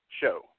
show